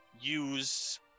use